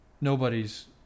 Nobody's